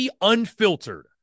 Unfiltered